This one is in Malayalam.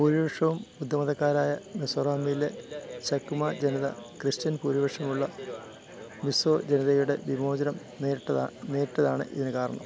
ഭൂരിപക്ഷവും ബുദ്ധമതക്കാരായ മിസോറാമിലെ ചക്മ ജനത ക്രിസ്റ്റ്യൻ ഭൂരിപക്ഷമുള്ള മിസോ ജനതയുടെ വിമോചനം നേരിട്ടതാ നേരിട്ടതാണ് ഇതിന് കാരണം